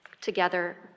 together